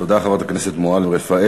תודה, חברת הכנסת מועלם-רפאלי.